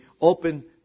open